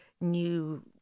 new